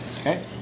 Okay